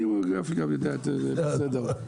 גפני גם יודע את זה, זה בסדר.